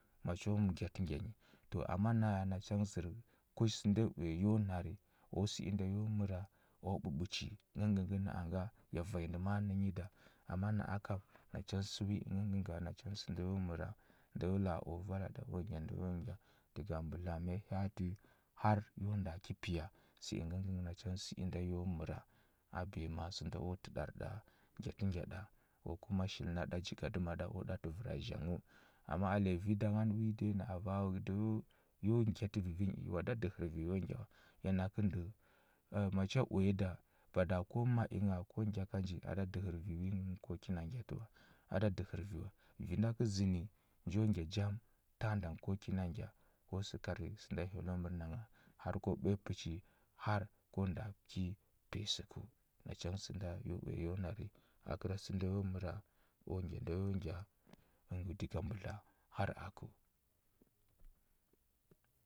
Macho ngyatə ngya nyi. To ama naya nacha ngə zər ku sə sənda yi uya yo nari, u sə inda yu məra u ɓuɓuchi. Ngəngə ngə ngə na a nga, ya vanya ndə ma a nənyi da. Amma na a kam nacha sə wi ingəngə ngə nga, nacha sənda yo məra. Nda yo la a u vala ɗa u ngya nda yo ngya, diga mbudla ma yi hya ati har yu nda ki piya, sə ingəngə ngə nacha sə inda yo məra, a biyama sənda o təɗar ɗa ngyakə ngya ɗa ko kuma shil na ɗa jigadəma ɗa o ɗaɗə vəra zhanghəu. Amma alenyi vi da ngani wi nde na ava da yo yo ngya tə vivi yi i wa, da dəhər vi yu ngya wa. Ya nakə ndəu macha uya da bada ko ma i ngha ko ngya ka nji a da dəhər vi wi ngə ko kina ngyatə wa, a da dəhər vi wa. Vi na kə zənə nju ngya jam tanda ngə ko kina ngya. ko səhari sənda hyelləu mər nangha har ko ɓuya puchi har ko nda ki piya səkəu. Nacha sənda yu wuya yu nari, agəra sənda yo məra, u ngya nda yo ngya diga mbudla har akəu.